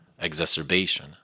exacerbation